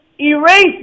Erase